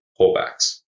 pullbacks